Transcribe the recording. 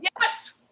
Yes